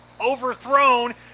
overthrown